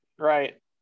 Right